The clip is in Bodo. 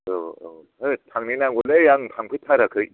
औ औ हैद थांनाय नांगौलै आं थांफेरथाराखै